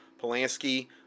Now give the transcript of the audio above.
Polanski